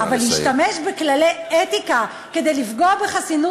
אבל להשתמש בכללי אתיקה כדי לפגוע בחסינות